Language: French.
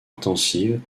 intensive